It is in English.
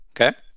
Okay